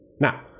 Now